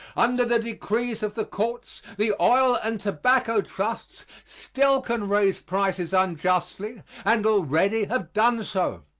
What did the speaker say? under the decrees of the courts the oil and tobacco trusts still can raise prices unjustly and already have done so.